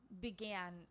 began